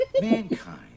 Mankind